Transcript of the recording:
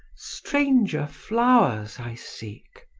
stranger flowers i seek,